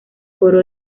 coro